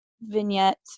vignette